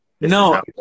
No